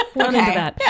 okay